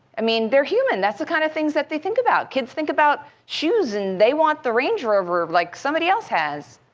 i mean, they're human. that's the kind of things that they think about. kids think about shoes and they want the range rover like somebody else has.